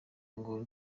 ngo